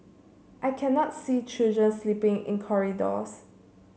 I cannot see children sleeping in corridors